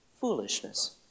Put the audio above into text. foolishness